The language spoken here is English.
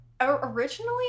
Originally